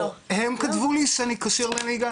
לא, הם כתבו לי שאני כשיר לנהיגה.